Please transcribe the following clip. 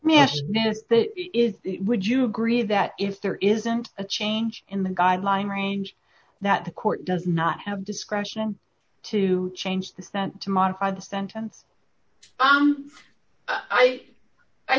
nose is would you agree that if there isn't a change in the guideline range that the court does not have discretion to change this then to modify the sentence